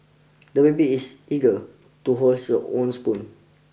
the baby is eager to hold his own spoon